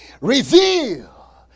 reveal